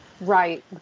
Right